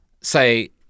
say